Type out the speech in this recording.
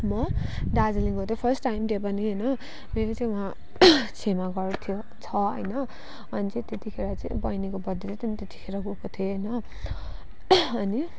म दार्जिलिङ गएको थिएँ फर्स्ट टाइम त्यो पनि होइन मेरो चाहिँ वहाँ छेमा घर थियो छ होइन अनि चाहिँ त्यतिखेर चाहिँ बहिनीको बर्थडे थियो त्यो पनि त्यतिखेर गएको थिएँ होइन अनि